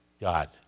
God